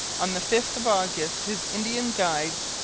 on the fifth of august, his indian guides,